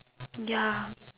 ya